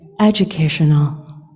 educational